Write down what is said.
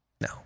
No